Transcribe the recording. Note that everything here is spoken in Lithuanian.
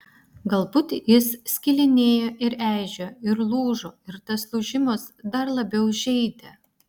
galbūt jis skilinėjo ir eižėjo ir lūžo ir tas lūžimas dar labiau žeidė